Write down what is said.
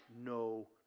no